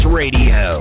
radio